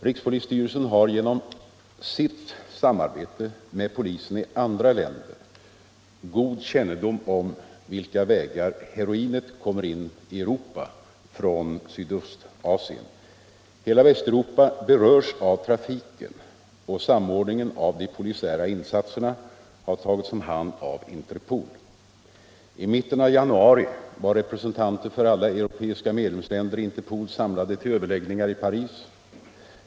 Rikspolisstyrelsen har genom sitt samarbete med polisen i andra länder god kännedom på vilka vägar heroinet kommer in i Europa från Sydostasien. Hela Västeuropa berörs av trafiken, och samordningen av de polisiära insatserna har tagits om hand av Interpol. I mitten av januari var representanter för alla europeiska medlemsländer i Interpol samlade till överläggningar i Paris.